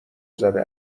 زده